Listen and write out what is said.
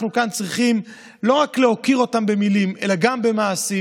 אנחנו כאן צריכים להוקיר אותם לא רק במילים אלא גם במעשים.